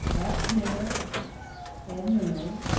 ex-mayor ed murray,